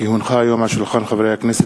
כי הונחה היום על שולחן הכנסת,